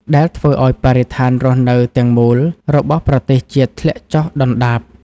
ដែលធ្វើឱ្យបរិស្ថានរស់នៅទាំងមូលរបស់ប្រទេសជាតិធ្លាក់ចុះដុនដាប។